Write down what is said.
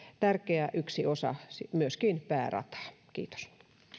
tärkeä osa myöskin päärataa